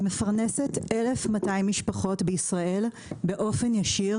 החברה מפרנסת 1,200 משפחות בישראל באופן ישיר,